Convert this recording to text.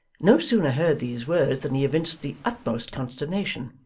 no sooner heard these words than he evinced the utmost consternation,